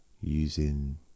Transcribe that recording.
using